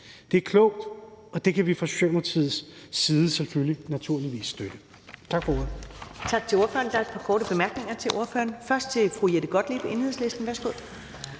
Det er klogt, og det kan vi fra Socialdemokratiets side naturligvis støtte.